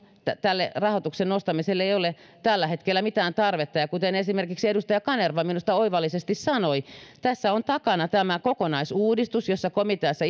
tälle rahoituksen nostamiselle ei ole tällä hetkellä mitään tarvetta ja kuten esimerkiksi edustaja kanerva minusta oivallisesti sanoi tässä on takana tämä kokonaisuudistus jossa komiteassa